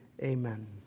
amen